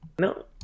No